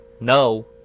no